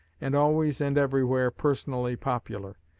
and always and everywhere personally popular.